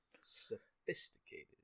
sophisticated